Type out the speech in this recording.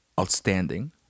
outstanding